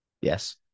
Yes